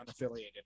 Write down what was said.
unaffiliated